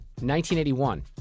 1981